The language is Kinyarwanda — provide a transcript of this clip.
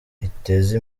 iteze